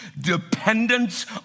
dependence